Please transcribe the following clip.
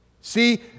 See